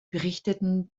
berichteten